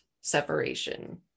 separation